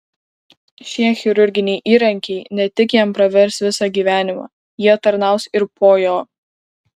šie chirurginiai įrankiai ne tik jam pravers visą gyvenimą jie tarnaus ir po jo